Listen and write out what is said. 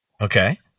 Okay